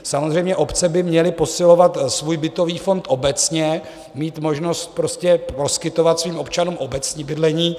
Samozřejmě, obce by měly posilovat svůj bytový fond obecně, mít možnost poskytovat svým občanům obecní bydlení.